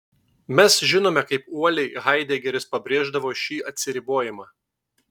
mes žinome kaip uoliai haidegeris pabrėždavo šį atsiribojimą